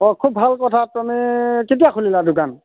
অঁ খুব ভাল কথা তুমি কেতিয়া খুলিলা দোকান